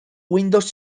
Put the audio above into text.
windows